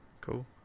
cool